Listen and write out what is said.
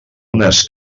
unes